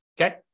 okay